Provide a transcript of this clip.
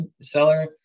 seller